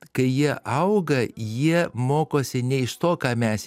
kai jie auga jie mokosi ne iš to ką mes